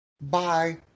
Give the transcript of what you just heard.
Bye